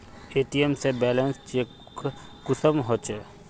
ATM से balance check कुंसम होचे?